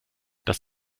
dass